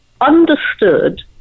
understood